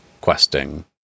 questing